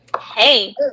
hey